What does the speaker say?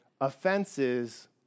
offenses